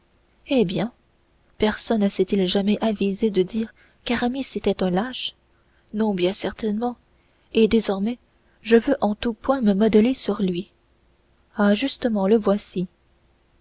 eh bien personne s'est-il jamais avisé de dire qu'aramis était un lâche non bien certainement et désormais je veux en tout point me modeler sur lui ah justement le voici